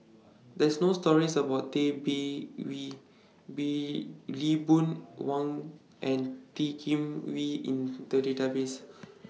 There's No stories about Tay Bin Wee Lee Boon Wang and T Kim Wee in The Database